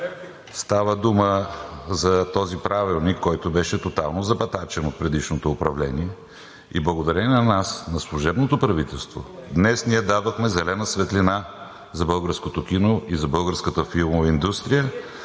Става дума за този правилник, който беше тотално забатачен от предишното управление. Благодарение на нас, на служебното правителство, днес ние дадохме зелена светлина за българското кино и за българската филмова индустрия.